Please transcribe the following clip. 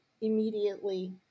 immediately